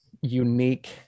unique